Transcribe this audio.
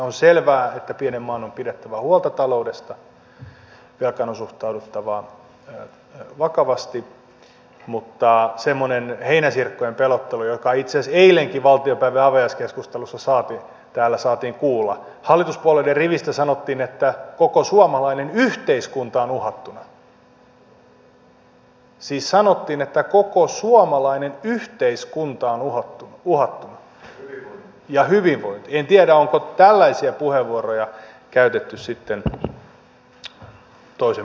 on selvää että pienen maan on pidettävä huolta taloudesta velkaan on suhtauduttava vakavasti mutta semmoinen heinäsirkoilla pelottelu jota itse asiassa eilenkin valtiopäivien avajaiskeskustelussa täällä saatiin kuulla hallituspuolueiden rivistä sanottiin että koko suomalainen yhteiskunta on uhattuna siis sanottiin että koko suomalainen yhteiskunta on uhattuna ja hyvinvointi en tiedä onko tällaisia puheenvuoroja käytetty sitten toisen maailmansodan